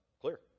clear